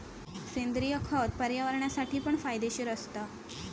सेंद्रिय खत पर्यावरणासाठी पण फायदेशीर असता